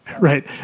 Right